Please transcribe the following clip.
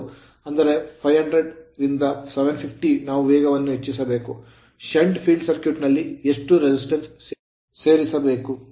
ಅಂದರೆ 500 ರಿಂದ 750 ನಾವು ವೇಗವನ್ನು ಹೆಚ್ಚಿಸಬೇಕು shunt field circuit shunt field circuit ನಲ್ಲಿ ಎಷ್ಟು resistance ಪ್ರತಿರೋಧವನ್ನು ಸೇರಿಸಬೇಕು